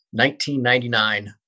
1999